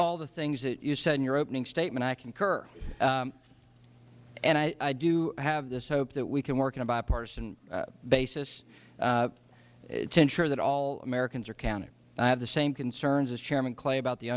all the things that you said in your opening statement i concur and i do have this hope that we can work in a bipartisan basis to ensure that all americans are counted i have the same concerns as chairman clay about the